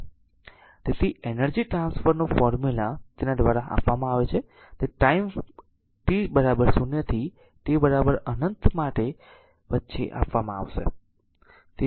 તેથી energy transfer નું formula તેના દ્વારા આપવામાં આવે છે તે ટાઈમ t 0 થી t અનંત વચ્ચે આપવામાં આવે છે